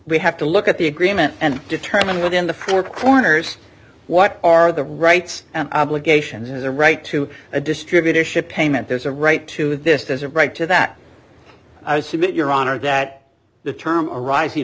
we have to look at the agreement and determine within the four corners what are the rights and obligations as a right to a distributorship payment there's a right to this has a right to that submit your honor that the term arising